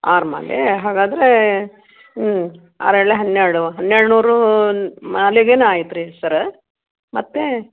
ಆರು ಮಾಲೆ ಹಾಗಾದರೆ ಹ್ಞೂ ಆರು ಎರಡಲಿ ಹನ್ನೆರಡು ಹನ್ನೆಡು ನೂರು ಮಾಲೆಗೇನು ಆಯ್ತು ರೀ ಸರ್ರ ಮತ್ತೆ